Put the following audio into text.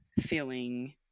feeling